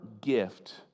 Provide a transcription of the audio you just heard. gift